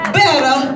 better